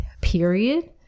period